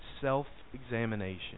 self-examination